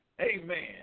Amen